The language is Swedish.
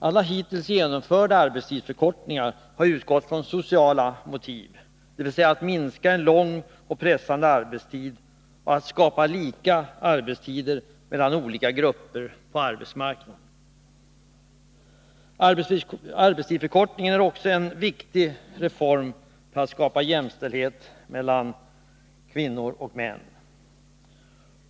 Alla hittills genomförda arbetstidsförkortningar har utgått från sociala motiv, dvs. att minska en lång och pressande arbetstid och att skapa lika arbetstider mellan olika grupper på arbetsmarknaden. Arbetstidsförkortningen är också en viktig reform för att skapa jämställdhet mellan kvinnor och män.